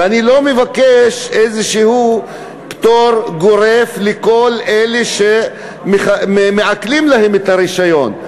ואני לא מבקש איזשהו פטור גורף לכל אלה שמעקלים להם את הרישיון.